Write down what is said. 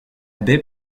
baie